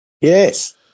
Yes